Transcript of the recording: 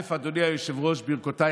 אדוני היושב-ראש, ברכותיי.